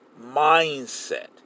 mindset